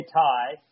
tie